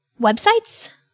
websites